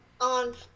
on